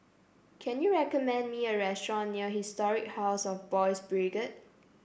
can you recommend me a restaurant near Historic House of Boys' Brigade